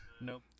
Nope